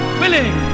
willing